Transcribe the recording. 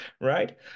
right